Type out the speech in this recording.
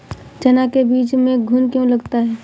चना के बीज में घुन क्यो लगता है?